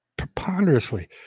preponderously